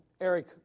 Eric